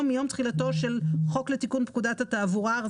מיום תחילתו של החוק לתיקון פקודת התעבורה.